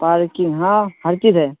parking ہاں ہر چیز ہے